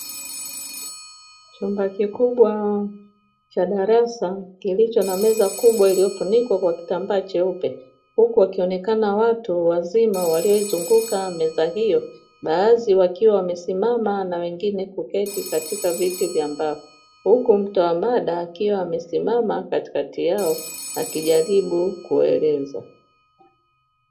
Chumba kikubwa cha darasa kilicho na meza kubwa iliyofunikwa kwa kitambaa cheupe, huku wakionekana watu wazima walioizunguka meza hiyo, baadhi wakiwa wamesimama na wengine kuketi katika viti vya mbao, huku mtoa mada akiwa amesimama katikati yao akijaribu kueleza.